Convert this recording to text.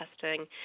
testing